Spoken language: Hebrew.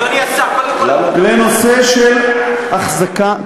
לנושא של החזקה,